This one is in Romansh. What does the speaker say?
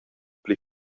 pli